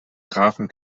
grafen